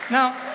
Now